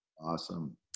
Awesome